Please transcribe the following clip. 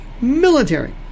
Military